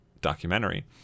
documentary